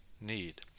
need